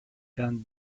pan